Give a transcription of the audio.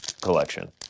collection